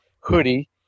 hoodie